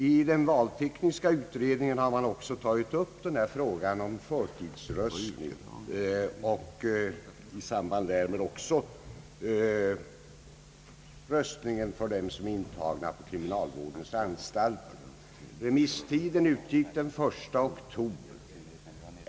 I den valtekniska utredningen har man också tagit upp frågan om förtida röstning och i samband därmed också röstningen för dem som är intagna på kriminalvårdens anstalter. Remisstiden utgick den 1 oktober.